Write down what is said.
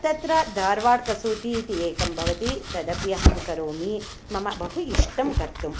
तत्र धारवाड्कसूति इति एकं भवति तदपि अहं करोमि मम बहु इष्टं कर्तुं